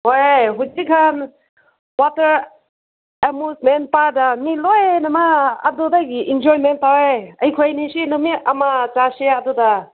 ꯍꯣꯏ ꯍꯧꯖꯤꯛꯀꯥꯟ water amusement ꯄꯥꯔꯛꯇ ꯃꯤ ꯂꯣꯏꯅꯃꯛ ꯑꯗꯨꯗꯒꯤ ꯏꯟꯖꯣꯏꯃꯦꯟꯠ ꯇꯧꯋꯦ ꯑꯩꯈꯣꯏꯅꯤꯁꯨ ꯅꯨꯃꯤꯠ ꯑꯃ ꯆꯠꯁꯦ ꯑꯗꯨꯗ